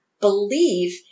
believe